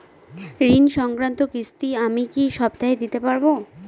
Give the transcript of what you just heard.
ঋণ সংক্রান্ত কিস্তি আমি কি সপ্তাহে দিতে পারবো?